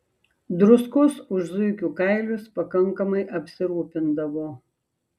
druskos už zuikių kailius pakankamai apsirūpindavo